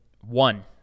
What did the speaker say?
one